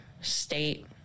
state